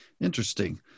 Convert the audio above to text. Interesting